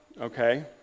okay